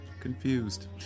confused